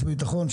החוץ והביטחון,